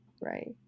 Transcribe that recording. right